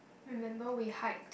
remember we hike